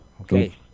Okay